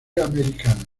americanas